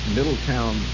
Middletown